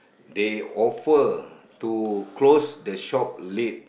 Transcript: they offer to close the shop late